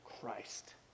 Christ